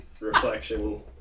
reflection